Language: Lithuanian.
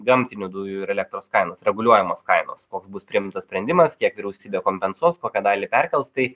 gamtinių dujų ir elektros kainos reguliuojamos kainos koks bus priimtas sprendimas kiek vyriausybė kompensuos kokią dalį perkels tai